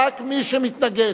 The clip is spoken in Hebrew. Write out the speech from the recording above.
רק מי שמתנגד,